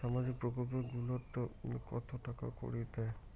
সামাজিক প্রকল্প গুলাট কত টাকা করি দেয়?